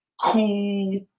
Cool